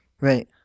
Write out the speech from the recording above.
Right